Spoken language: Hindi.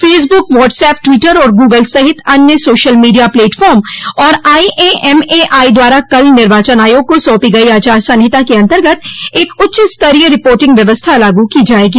फसबुक व्हाट्सअप ट्वीटर और गूगल सहित अन्य सोशल मीडिया प्लेटफॉर्म और आईएएमएआई द्वारा कल निर्वाचन आयोग को सौंपी गई आचार संहिता के अंतर्गत एक उच्च स्तरीय रिपोर्टिंग व्यवस्था लागू की जाएगी